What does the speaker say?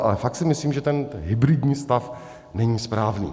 Ale fakt si myslím, že ten hybridní stav není správný.